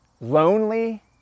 lonely